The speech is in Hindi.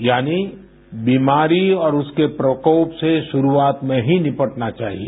यानी बीमारी और उसके प्रकोप से शुरूआत में ही निपटना चाहिए